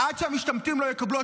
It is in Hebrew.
עד שהמשתמטים לא יקבלו.